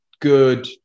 good